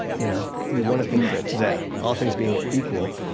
you know we want to think that, all things being equal,